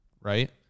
Right